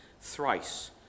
thrice